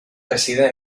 reside